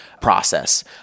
process